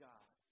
God